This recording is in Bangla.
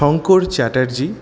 শঙ্কর চ্যাটার্জী